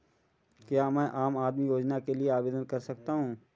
क्या मैं आम आदमी योजना के लिए आवेदन कर सकता हूँ?